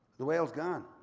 the whale's gone?